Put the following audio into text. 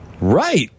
Right